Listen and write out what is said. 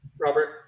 Robert